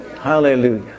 Hallelujah